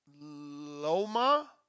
Loma